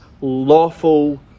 lawful